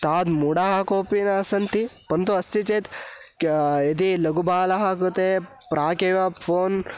तादृशमूडाः कोपि न सन्ति परन्तु अस्ति चेत् क्या यदि लघुबालः कृते प्रागेव फ़ोन्